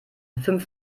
fünf